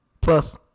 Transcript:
Plus